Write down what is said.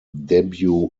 debut